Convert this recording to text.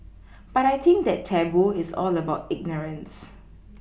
but I think that taboo is all about ignorance